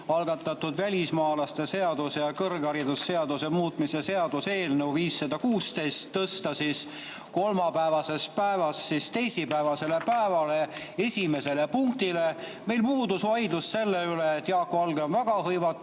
algatatud välismaalaste seaduse ja kõrgharidusseaduse muutmise seaduse eelnõu 516 tõsta kolmapäevaselt päevalt teisipäeva esimeseks punktiks? Meil puudus vaidlus selle üle, et Jaak Valge on väga hõivatud